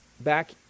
back